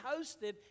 hosted